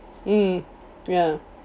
mm ya